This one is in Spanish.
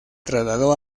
trasladó